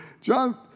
John